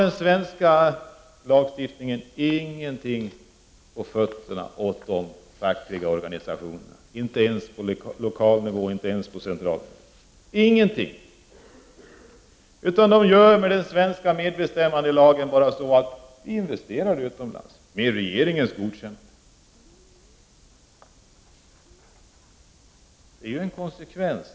Den svenska lagstiftningen ger de fackliga organisationerna ingenting på fötterna, vare sig på lokal nivå eller ens på central nivå. Trots den svenska medbestämmandelagen är det bara att säga: Investera du utomlands, med regeringens godkännande!